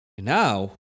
Now